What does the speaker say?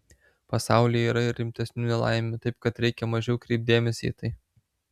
pasaulyje yra ir rimtesnių nelaimių taip kad reikia mažiau kreipt dėmesį į tai